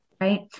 Right